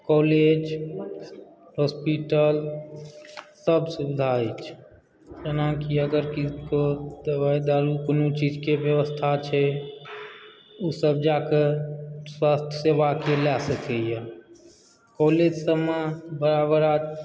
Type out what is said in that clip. college hospital सब सुविधा अछि जेनाकि अगर किनको दवाइ दारू कोनो चीज के व्यवस्था छै ओ सब जाकए स्वास्थ सेवा के लए सकैया कॉलेज सबमे बड़ा बड़ा